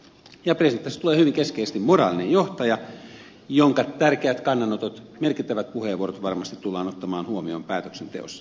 presidentistä tulee hyvin keskeisesti moraalinen johtaja jonka tärkeät kannanotot merkittävät puheenvuorot varmasti tullaan ottamaan huomioon päätöksenteossa